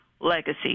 legacy